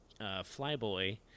flyboy